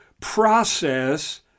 process